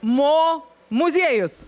mo muziejus